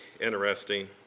interesting